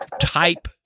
type